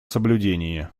соблюдении